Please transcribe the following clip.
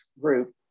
group